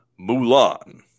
Mulan